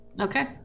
Okay